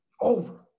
over